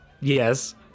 Yes